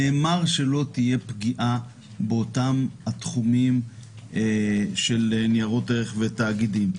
נאמר שלא תהיה פגיעה באותם התחומים של ניירות ערך ותאגידים,